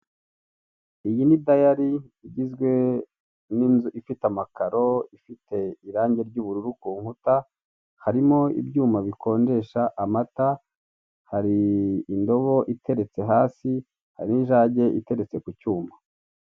Iyi ni dayari igizwe n'inzu ifite amakaro, ifite irange ry'ubururu ku nkuta harimo ibyuma bikonjesha amata, hari indobo iteretse hasi, hari n'ijage iteretse ku cyuma.